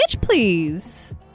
please